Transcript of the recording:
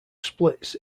splits